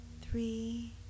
three